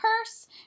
purse